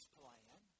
plan